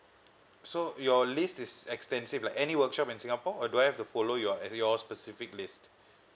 so your list is extensive lah any workshop in singapore or do I have to follow your your specific list